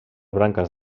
branques